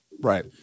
Right